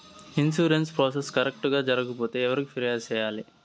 insurance process correct గా జరగకపోతే ఎవరికి ఫిర్యాదు సేయాలి